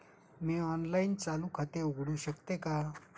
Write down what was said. मी online चालू खाते उघडू शकते का?